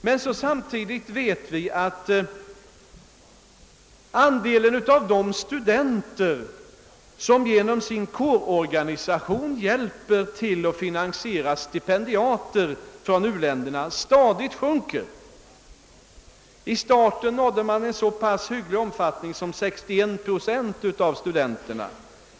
Men samtidigt har andelen av studenter som genom sin kårorganisation hjälper till att finansiera stipendiater från u-länderna stadigt sjunkit. Vid starten nådde man en så pass hygglig siffra som 61 procent av studenterna.